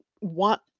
want